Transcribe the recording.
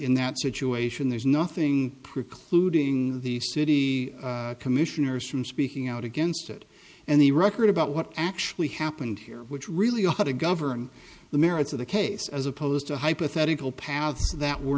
in that situation there's nothing precluding the city commissioners from speaking out against it and the record about what actually happened here which really ought to govern the merits of the case as opposed to hypothetical paths that were